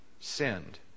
Sinned